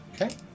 Okay